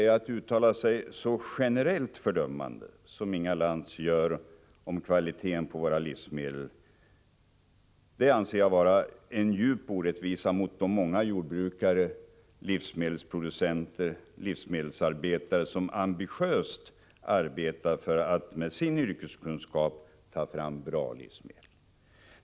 Att uttala sig så generellt fördömande som Inga Lantz gör om kvaliteten på våra livsmedel anser jag vara en djup orättvisa mot de många jordbrukare, livsmedelsproducenter och livsmedelsarbetare som ambitiöst arbetar för att med sin yrkeskunskap ta fram bra livsmedel.